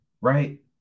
right